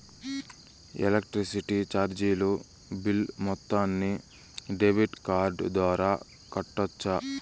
Electricity చార్జీలు bill మొత్తాన్ని debit card ద్వారా కట్టొచ్చా?